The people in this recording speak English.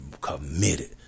committed